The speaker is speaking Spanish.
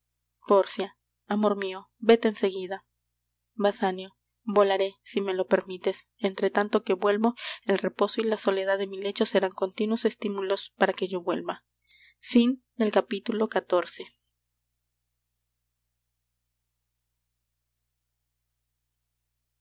amor mio véte en seguida basanio volaré si me lo permites entretanto que vuelvo el reposo y la soledad de mi lecho serán continuos estímulos para que yo vuelva